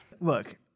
look